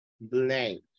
blank